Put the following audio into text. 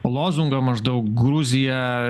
lozungą maždaug gruzija